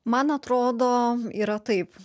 man atrodo yra taip